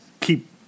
keep